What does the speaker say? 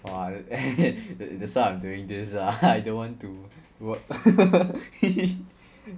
!wah! eh that's why I'm doing this lah I don't want to work